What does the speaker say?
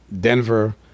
Denver